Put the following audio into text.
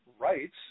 rights